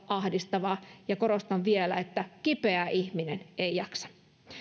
ahdistavaa olla ja korostan vielä että kipeä ihminen ei jaksa